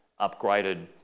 upgraded